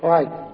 Right